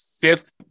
fifth